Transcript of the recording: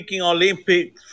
Olympic